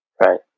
Right